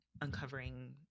uncovering